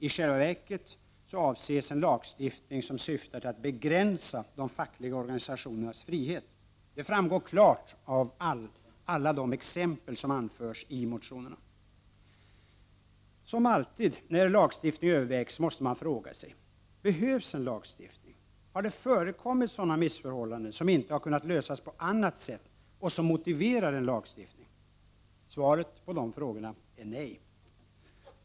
I själva verket avses en lagstiftning som syftar till att begränsa de fackliga organisationernas frihet. Det framgår klart av alla exempel som anförs i motionerna. Som alltid när lagstiftning övervägs måste man fråga sig: Behövs lagstiftning? Har det förekommit sådana missförhållanden som inte har kunnat lösas på annat sätt och som motiverar en lagstiftning? Svaret på dessa frågor är nej.